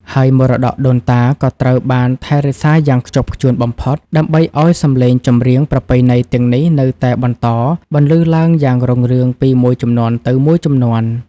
ហើយមរតកដូនតាក៏ត្រូវបានថែរក្សាយ៉ាងខ្ជាប់ខ្ជួនបំផុត ដើម្បីឱ្យសម្លេងចម្រៀងប្រពៃណីទាំងនេះនៅតែបន្តបន្លឺឡើងយ៉ាងរុងរឿងពីមួយជំនាន់ទៅមួយជំនាន់។